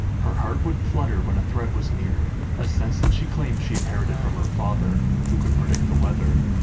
her heart would flutter when a threat was near a sense that she claimed she inherited from her father, who could predict the weather.